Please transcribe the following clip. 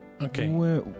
Okay